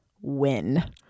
win